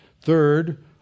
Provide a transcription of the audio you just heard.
Third